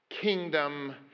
Kingdom